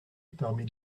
parmi